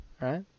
right